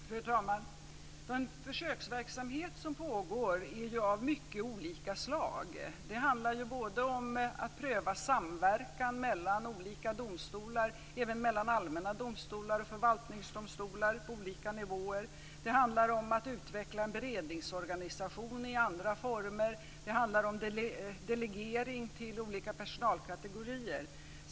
Fru talman! Det pågår försöksverksamhet av mycket olika slag. Det handlar om att pröva samverkan mellan olika domstolar - även mellan allmänna domstolar och förvaltningsdomstolar - på olika nivåer. Det handlar om att utveckla en beredningsorganisation i andra former. Det handlar om delegering till olika personalkategorier.